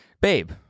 Babe